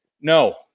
No